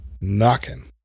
knocking